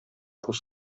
рус